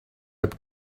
heb